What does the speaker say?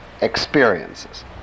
experiences